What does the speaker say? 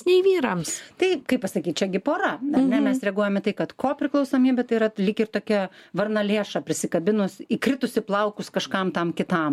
tai kaip pasakyti čia gi pora ar ne mes reaguojam kad kopriklausomybė tai yra lyg ir tokia varnalėša prisikabinus įkritus į plaukus kažkam tam kitam